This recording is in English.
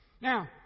Now